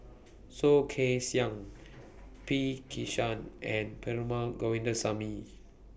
Soh Kay Siang P Krishnan and Perumal Govindaswamy